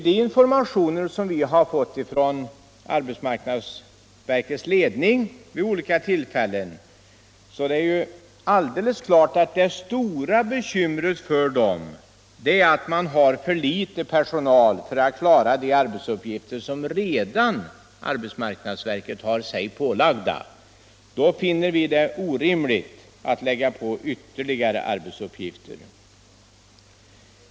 De informationer vi vid olika tillfällen fått från arbetsmarknadsverkets ledning har gjort alldeles klart att det stora bekymret är att man har för litet personal för att klara de arbetsuppgifter som arbetsmarknadsverket redan har sig pålagda. Då finner vi det som sagt orimligt att lägga på ytterligare arbetsuppgifter.